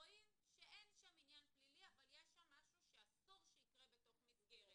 רואים שאין שם עניין פלילי אבל יש שם משהו שאסור שיקרה בתוך מסגרת?